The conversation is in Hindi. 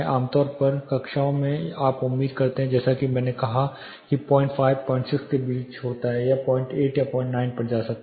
आमतौर पर क कक्षाओं से आप उम्मीद कर सकते हैं जैसा कि मैंने कहा था कि 05 06 के बीच यह 08 09 पर जा सकता है